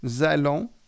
allons